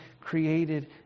created